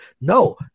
No